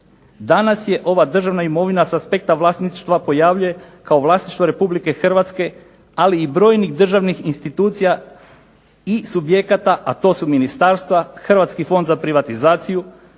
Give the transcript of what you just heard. Danas se ova državna imovina sa aspekta vlasništva pojavljuje kao vlasništvo Republike Hrvatske, ali i brojnih državnih institucija i subjekata, a to su ministarstva, Hrvatski fond za privatizaciju,